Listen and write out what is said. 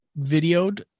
videoed